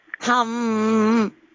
Hum